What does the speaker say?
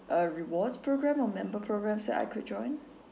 uh rewards programme on member programmes that I could join